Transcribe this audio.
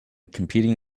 competing